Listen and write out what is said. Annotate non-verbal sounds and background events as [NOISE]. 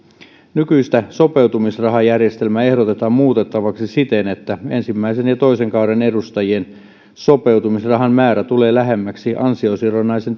nykyistä sopeutumisrahajärjestelmää ehdotetaan muutettavaksi siten että ensimmäisen ja toisen kauden edustajien sopeutumisrahan määrä tulee lähemmäksi ansiosidonnaisen [UNINTELLIGIBLE]